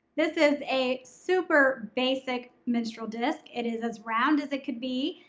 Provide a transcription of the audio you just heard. this is a super basic menstrual disc. it is as round as it could be,